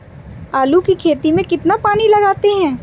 आलू की खेती में कितना पानी लगाते हैं?